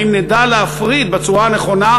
האם נדע להפריד בצורה הנכונה,